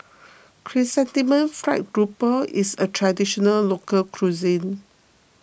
Chrysanthemum Fried Grouper is a Traditional Local Cuisine